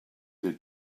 des